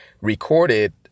recorded